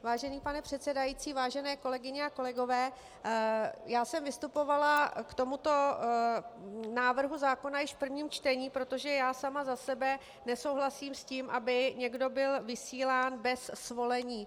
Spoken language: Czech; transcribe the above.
Vážený pane předsedající, vážené kolegyně a kolegové, já jsem vystupovala k tomuto návrhu zákona již v prvním čtení, protože já sama za sebe nesouhlasím s tím, aby někdo byl vysílán bez svolení.